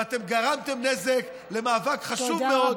וגרמתם נזק למאבק חשוב מאוד,